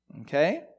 okay